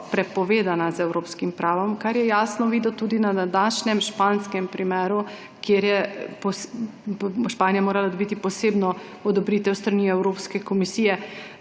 prepovedana z evropskim pravom, kar je jasno vidno tudi na današnjem španskem primeru. Španija je morala dobiti posebno odobritev s strani Evropske komisije,